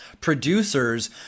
producers